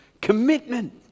commitment